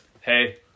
hey